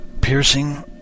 piercing